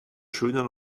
schöner